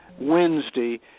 Wednesday